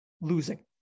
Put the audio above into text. losing